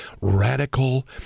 radical